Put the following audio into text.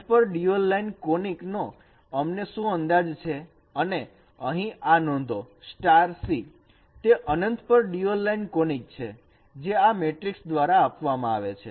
અનંત પર dual line conic નો અમને શું અંદાજ છે અને અહીં આ નોંધો C તે અનંત પર ડ્યુઅલ લાઈન કોનીક છે જે આ મેટ્રિક્સ દ્વારા આપવામાં આવે છે